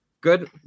Good